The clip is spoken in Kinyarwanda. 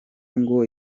ngo